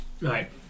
Right